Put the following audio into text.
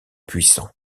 puissants